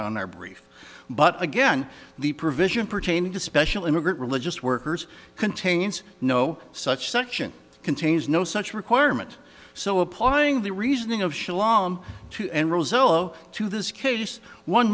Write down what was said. are brief but again the provision pertaining to special immigrant religious workers contains no such section contains no such requirement so applying the reasoning of shalom to this case one